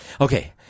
Okay